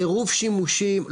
עירוב שימושים,